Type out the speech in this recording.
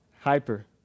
Hyper